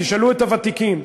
תשאלו את הוותיקים,